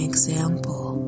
example